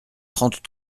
trente